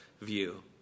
view